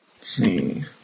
see